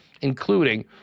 including